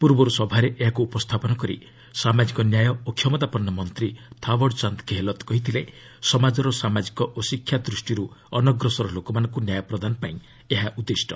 ପୂର୍ବରୁ ସଭାରେ ଏହାକୁ ଉପସ୍ଥାପନ କରି ସାମାଜିକ ନ୍ୟାୟ ଓ କ୍ଷମତାପନ୍ନ ମନ୍ତ୍ରୀ ଥାଓ୍ୱଡ୍ଚାନ୍ଦ ଗେହେଲତ୍ କହିଥିଲେ ସମାଜର ସାମାଜିକ ଓ ଶିକ୍ଷା ଦୃଷ୍ଟିରୁ ଅନଗ୍ରସର ଲୋକମାନଙ୍କୁ ନ୍ୟାୟ ପ୍ରଦାନ ପାଇଁ ଏହା ଉଦ୍ଦିଷ୍ଟ